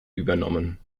übernommen